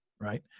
Right